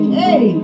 hey